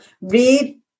read